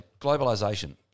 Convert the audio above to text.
Globalisation